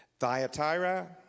Thyatira